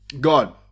God